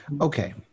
okay